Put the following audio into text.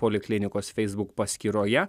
poliklinikos facebook paskyroje